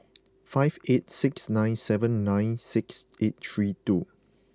five eight six nine seven nine six eight three two